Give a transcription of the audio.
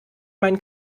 meinen